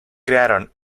crearon